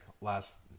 last